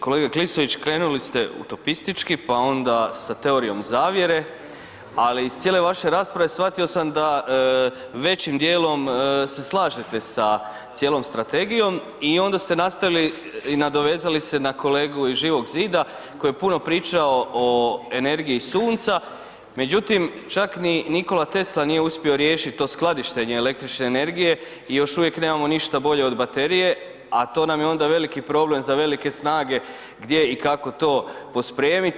Kolega Klisović, krenuli ste utopistički pa onda sa teorijom zavjere, ali iz cijele vaše rasprave shvatio sam da većim dijelom se slažete sa cijelom strategijom i onda ste nastavili, nadovezali se na kolegu iz Živog zida koji je puno pričao o energiji sunca, međutim čak ni Nikola Tesla nije uspio riješiti to skladištenje električne energije i još uvijek nemamo ništa bolje od baterije, a to nam je onda veliki problem za velike snage gdje i kako to pospremiti.